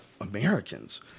Americans